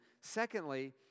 Secondly